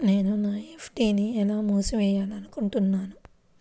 నేను నా ఎఫ్.డీ ని మూసివేయాలనుకుంటున్నాను